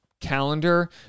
calendar